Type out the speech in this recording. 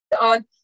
on